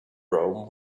rome